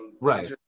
Right